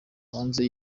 hanze